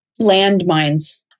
landmines